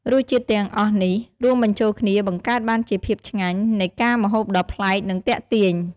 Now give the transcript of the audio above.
រសជាតិទាំងអស់នេះ រួមបញ្ចូលគ្នាបង្កើតបានជាភាពឆ្ញាញ់នៃការម្ហូបដ៏ប្លែក និងទាក់ទាញ។